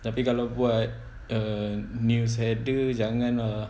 tapi kalau buat err news header jangan lah